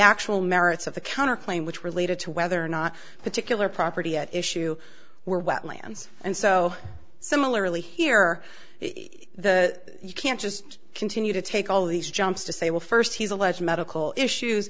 actual merits of the counterclaim which related to whether or not particular property at issue were wetlands and so similarly here in the you can't just continue to take all these jumps to say well first he's alleging medical issues